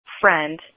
friend